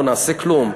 לא נעשה כלום?